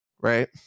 right